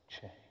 change